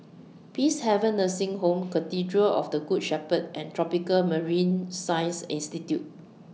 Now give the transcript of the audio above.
Peacehaven Nursing Home Cathedral of The Good Shepherd and Tropical Marine Science Institute